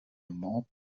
mont